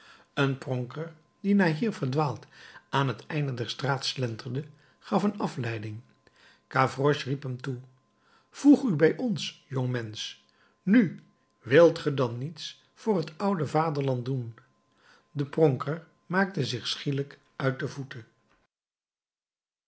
een pronker die naar hier verdwaald aan het einde der straat slenterde gaf een afleiding gavroche riep hem toe voeg u bij ons jongmensch nu wilt ge dan niets voor het oude vaderland doen de pronker maakte zich schielijk uit de voeten